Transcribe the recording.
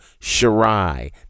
Shirai